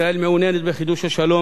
ישראל מעוניינת בחידוש תהליך השלום